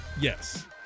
Yes